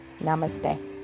Namaste